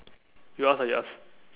you ask ah you ask